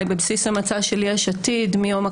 היא בבסיס המצע של יש עתיד מיום הקמתה.